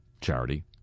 charity